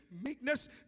meekness